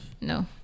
no